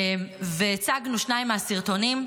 והצגנו שניים מהסרטונים.